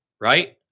right